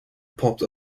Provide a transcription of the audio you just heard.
popped